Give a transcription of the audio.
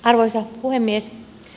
arvoisa puhemies